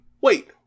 Wait